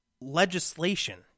legislation